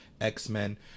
X-Men